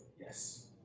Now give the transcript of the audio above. Yes